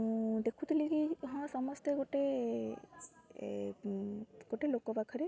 ମୁଁ ଦେଖୁଥିଲି କି ହଁ ସମସ୍ତେ ଗୋଟେ ଗୋଟେ ଲୋକ ପାଖରେ